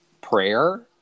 prayer